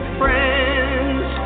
friends